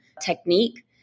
technique